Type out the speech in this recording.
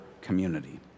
community